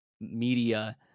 media